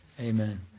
Amen